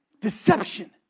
Deception